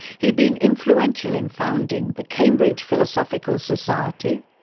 he'd been influential in founding the cambridge philosophical society,